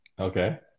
Okay